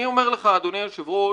אני אומר לך, אדוני היושב-ראש,